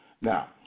Now